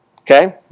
Okay